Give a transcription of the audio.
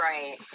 Right